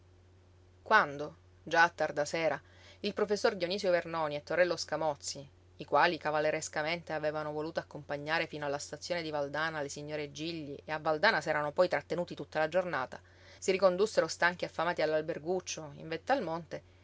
quando già a tarda sera il professor dionisio vernoni e torello scamozzi i quali cavallerescamente avevano voluto accompagnare fino alla stazione di valdana le signore gilli e a valdana s'erano poi trattenuti tutta la giornata si ricondussero stanchi e affamati all'alberguccio in vetta al monte